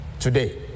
Today